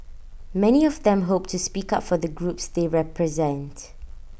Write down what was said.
many of them hope to speak up for the groups they represent